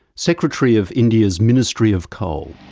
secretary of india's ministry of coal.